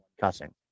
cussing